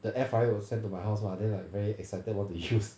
the air fryer will send to my house mah then like very excited what to use